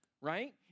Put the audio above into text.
right